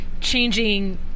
changing